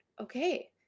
Okay